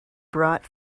brought